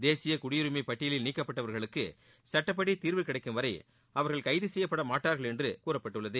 தேசிய குடியுரிமை பட்டியலில் இருந்து நீக்கப்பட்டவர்களுக்கு சுட்டப்படி தீர்வு கிடைக்கும் வரை அவர்கள் கைது செய்யப்பட மாட்டார்கள் என்று கூறப்பட்டுள்ளது